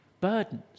Burdens